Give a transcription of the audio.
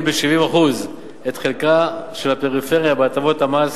ב-70% את חלקה של הפריפריה בהטבות המס.